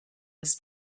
was